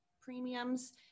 premiums